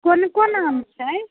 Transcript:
कोन कोन आम छै